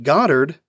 Goddard